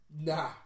Nah